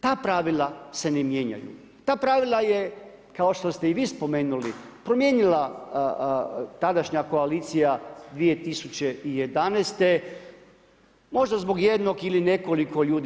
Ta pravila se ne mijenjaju, ta pravila je kao što ste i vi spomenuli promijenila tadašnja koalicija 2011. možda zbog jednog ili nekoliko ljudi.